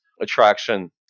attraction